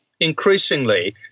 increasingly